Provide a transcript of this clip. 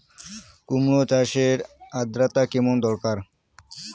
কুমড়ো চাষের আর্দ্রতা কেমন দরকার?